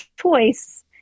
choice